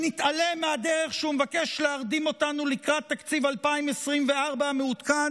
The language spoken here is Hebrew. שנתעלם מהדרך שהוא מבקש להרדים אותנו לקראת תקציב 2024 המעודכן,